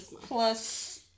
Plus